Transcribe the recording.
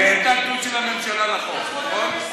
אין התנגדות של הממשלה לחוק, נכון?